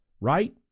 right